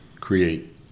create